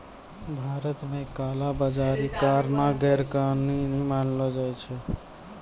भारत मे काला बजारी करनाय गैरकानूनी मानलो जाय छै